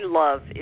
love